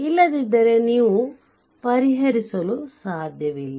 ಇಲ್ಲದಿದ್ದರೆ ನೀವು ಪರಿಹರಿಸಲು ಸಾಧ್ಯವಿಲ್ಲ